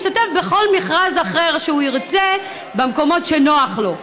להשתתף בכל מכרז אחר שהוא ירצה במקומות שנוח לו.